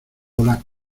olas